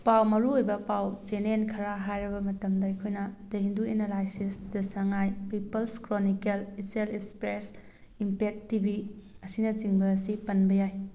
ꯄꯥꯎ ꯃꯔꯨꯑꯣꯏꯕ ꯄꯥꯎ ꯆꯦꯅꯦꯟ ꯈꯔ ꯍꯥꯏꯔꯕ ꯃꯇꯝꯗ ꯑꯩꯈꯣꯏꯅ the Hindu analysis the Sangai People's Chronicle Ichel Express Impact TV ꯑꯁꯤꯅꯆꯤꯡꯕ ꯑꯁꯤ ꯄꯟꯕ ꯌꯥꯏ